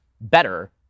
better